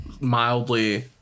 mildly